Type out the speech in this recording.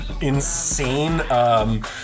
insane